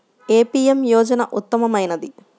ఏ PM యోజన ఉత్తమమైనది?